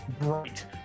bright